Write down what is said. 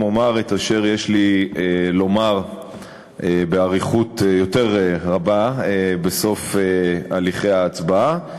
אומר את אשר יש לי לומר באריכות יותר רבה בסוף הליכי ההצבעה.